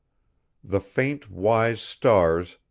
the faint wise stars,